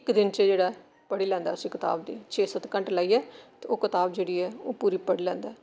इक दिन च जेह्ड़ा ऐ पढ़ी लैंदा ऐ छे सत्त घंटे लाइयै ओह् कताब जेह्ड़ी ऐ ओह् पूरी पढ़ी लैंदा ऐ